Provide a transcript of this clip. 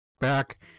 back